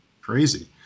Crazy